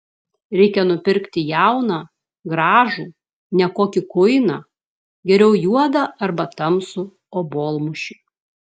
reikia nupirkti jauną gražų ne kokį kuiną geriau juodą arba tamsų obuolmušį